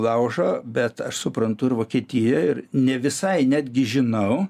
laužo bet aš suprantu ir vokietiją ir ne visai netgi žinau